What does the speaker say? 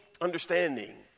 understanding